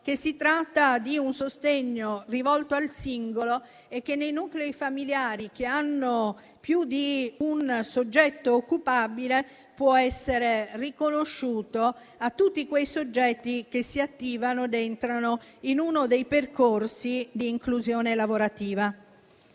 che si tratta di un sostegno rivolto al singolo e che nei nuclei familiari che hanno più di un soggetto occupabile può essere riconosciuto a tutti quei soggetti che si attivano ed entrano in uno dei percorsi di inclusione lavorativa.